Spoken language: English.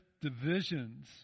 divisions